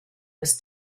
was